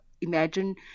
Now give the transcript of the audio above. Imagine